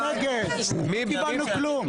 אנחנו נגד, לא קיבלנו כלום.